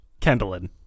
kendallin